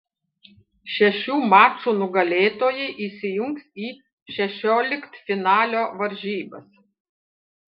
šešių mačų nugalėtojai įsijungs į šešioliktfinalio varžybas